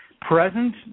present